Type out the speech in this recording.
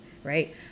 Right